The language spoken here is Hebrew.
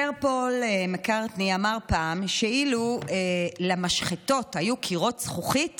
סר פול מקרטני אמר פעם שאילו למשחטות היו קירות זכוכית,